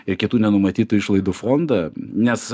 ir kitų nenumatytų išlaidų fondą nes